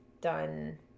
done